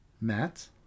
Matt